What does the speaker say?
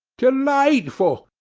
delightful!